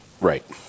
Right